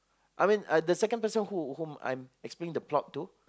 I mean I the second person who whom I'm explaining the plot to